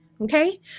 Okay